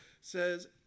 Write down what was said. says